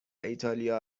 ایتالیا